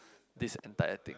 this entire thing